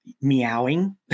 meowing